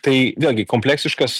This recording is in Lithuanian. tai vėlgi kompleksiškas